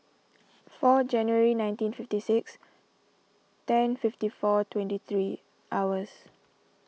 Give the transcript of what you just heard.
four January nineteen fifty six ten fifty four twenty three hours